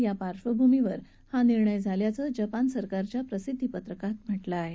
या पार्श्भूमीवर हा निर्णय झाल्याचं जपान सरकारच्या प्रसिद्धी कार्यालयानं म्हटलं आहे